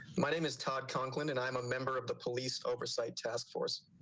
my name is todd conklin and i'm a member of the police oversight task force,